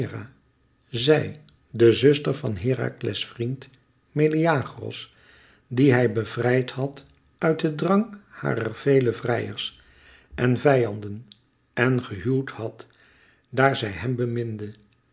zij de zuster van herakles vriend meleagros die hij bevrijd had uit den drang harer vele vrijers en vijanden en gehuwd had daar zij hem beminde